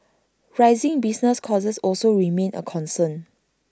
rising business costs also remain A concern